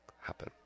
happen